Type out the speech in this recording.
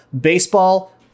Baseball